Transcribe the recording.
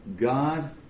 God